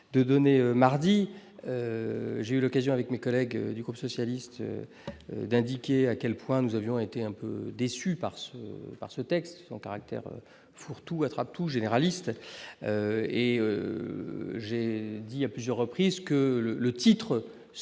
de donner, mardi j'ai eu l'occasion, avec mes collègues du groupe socialiste d'indiquer à quel point nous avions été un peu déçus par ce par ce texte ont par acteur fourre-tout, attrape-tout généraliste et j'ai dit à plusieurs reprises que le titre pour une